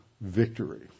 victory